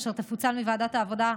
אשר תפוצל מועדת העבודה,